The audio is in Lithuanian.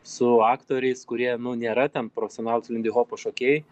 su aktoriais kurie nu nėra ten profesionalūs lindihopo šokėjai